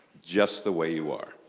just the way you are.